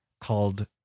called